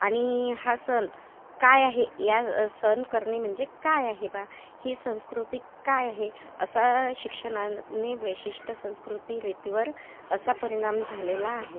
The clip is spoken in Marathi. आणि हा सण काय आहे या सण करणे म्हणजे काय आहे बा ही संस्कृती काय आहे असा शिक्षणाने वैशिष्ट्य संस्कृती रितीवर असा परिणाम झालेला आहे